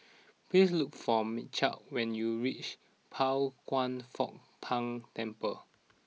please look for Michial when you reach Pao Kwan Foh Tang Temple